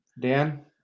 Dan